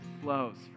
flows